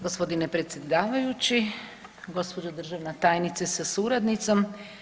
Gospodine predsjedavajući, gospođo državna tajnice sa suradnicom.